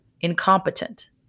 incompetent